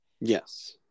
Yes